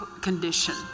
condition